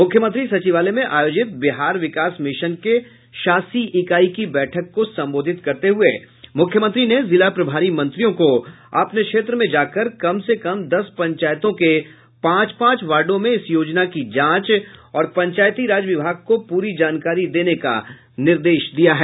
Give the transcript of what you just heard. मुख्यमंत्री सचिवालय में आयोजित बिहार विकास मिशन के शासी इकाई की बैठक को संबोधित करते हुये मुख्यमंत्री ने जिला प्रभारी मंत्रियों को अपने क्षेत्र में जाकर कम से कम दस पंचायतों के पांच पांच वार्डो में इस योजना की जांच और पंचायती राज विभाग को पूरी जानकारी देने का निर्देश दिया है